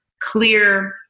clear